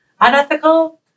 unethical